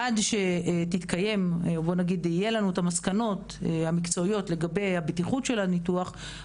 עד שיהיו לנו המסקנות המקצועיות לגבי הבטיחות של הניתוח,